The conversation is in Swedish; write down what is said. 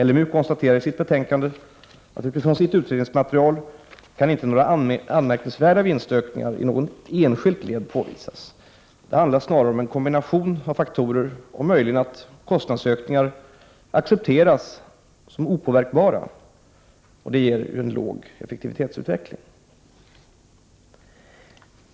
LMU konstaterar i sitt betänkande att utifrån sitt utredningsmaterial kan inte några anmärkningsvärda vinstökningar i något enskilt led påvisas. Det handlar snarare om en kombination av faktorer och möjligen att kostnadsökningar accepteras som opåverkbara, vilket ger en låg effektivitetsutveckling.